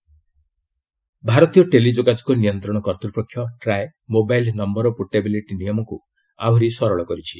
try MNP ଭାରତୀୟ ଟେଲିଯୋଗାଯୋଗ ନିୟନ୍ତ୍ରଣ କର୍ତ୍ତପକ୍ଷ ଟ୍ରାଏ ମୋବାଇଲ୍ ନୟର ପୋର୍ଟେବିଲିଟି ନିୟମକୁ ଆହୁରି ସରଳ କରିଛି